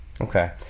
okay